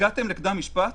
הגעתם לקדם משפט